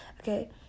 okay